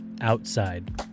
outside